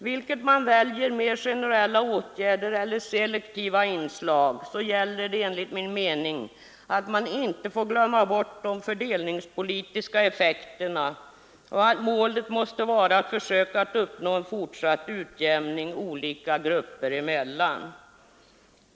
Vad man än väljer, generella åtgärder eller selektiva inslag, får man emellertid enligt min mening inte glömma de fördelningspolitiska effekterna och inte heller att målet måste vara en fortsatt utjämning olika grupper emellan.